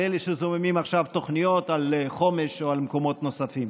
לאלה שזוממים עכשיו תוכניות על חומש או על מקומות נוספים,